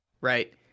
right